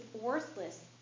worthless